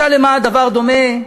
משל למה הדבר דומה?